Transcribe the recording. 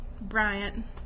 Bryant